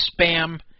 spam